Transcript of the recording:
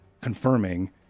confirming